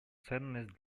ценность